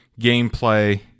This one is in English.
gameplay